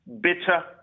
bitter